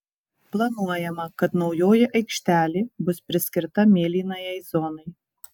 planuojama kad naujoji aikštelė bus priskirta mėlynajai zonai